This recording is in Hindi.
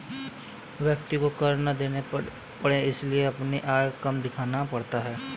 व्यक्ति को कर ना देना पड़े इसलिए उसे अपनी आय कम दिखानी पड़ती है